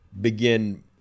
begin